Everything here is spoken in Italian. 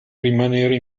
rimanere